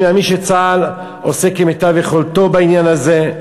אני מאמין שצה"ל עושה כמיטב יכולתו בעניין הזה.